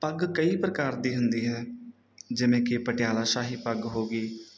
ਪੱਗ ਕਈ ਪ੍ਰਕਾਰ ਦੀ ਹੁੰਦੀ ਹੈ ਜਿਵੇਂ ਕਿ ਪਟਿਆਲਾ ਸ਼ਾਹੀ ਪੱਗ ਹੋ ਗਈ